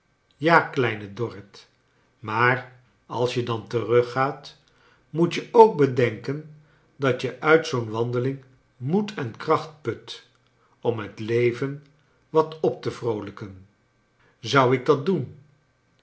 ja kleine dorrit maar als je dan teruggaat moet je ook bedenken dat je uit zoo'n wandeling moed en kracbt put om het leven wat op te vroolijken zou ik dat doen